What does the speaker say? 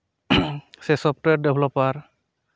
ᱥᱮ software developer